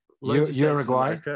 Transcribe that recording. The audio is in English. Uruguay